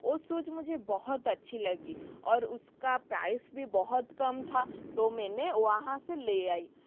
ओ shoes मुझे बहुत अच्छी लगी और उसका प्राइस भी बहुत कम था तो मैं वहाँ से ले आई